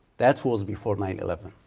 that was before nine eleven.